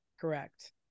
Correct